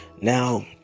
now